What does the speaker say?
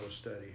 study